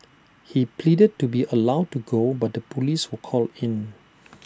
he pleaded to be allowed to go but the Police were called in